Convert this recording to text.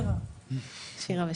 אנחנו